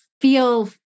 feel